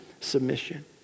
submission